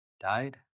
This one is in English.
died